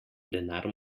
denar